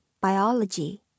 Biology